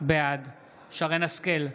בעד שרן מרים השכל,